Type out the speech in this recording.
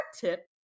tip